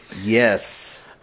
yes